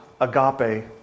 agape